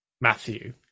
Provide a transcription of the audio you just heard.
matthew